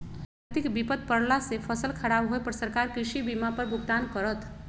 प्राकृतिक विपत परला से फसल खराब होय पर सरकार कृषि बीमा पर भुगतान करत